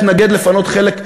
אתנגד לפנות חלק,